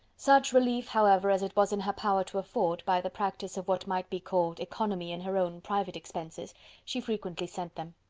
such relief, however, as it was in her power to afford, by the practice of what might be called economy in her own private expences she frequently sent them.